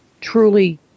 truly